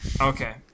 Okay